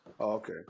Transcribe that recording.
Okay